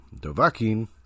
Dovakin